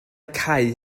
cau